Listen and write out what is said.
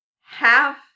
half